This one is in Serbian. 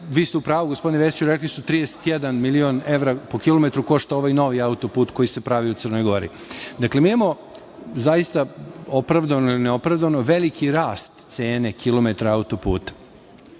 vi ste u pravu, gospodine Vesiću, rekli su 31 milion evra po kilometru košta ovaj novi autoput koji se pravi u Crnoj Gori. Mi imamo zaista, opravdano ili neopravdano, veliki rast cene kilometra autoputa.